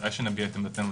ודאי שנביע את עמדתנו.